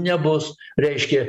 nebus reiškia